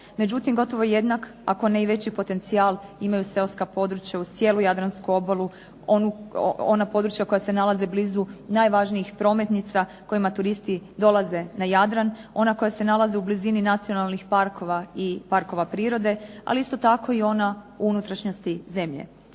Međutim, gotovo jednak ako ne i veći potencijal imaju seoska područja uz cijelu jadransku obalu, ona područja koja se nalaze blizu najvažnijih prometnica kojima turisti dolaze na Jadran. Ona koja se nalaze u blizini nacionalnih parkova i parkova prirode, ali isto tako i ona u unutrašnjosti zemlje.